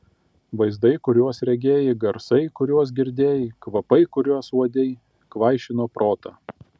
vaizdai kuriuos regėjai garsai kuriuos girdėjai kvapai kuriuos uodei kvaišino protą